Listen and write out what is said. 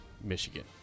Michigan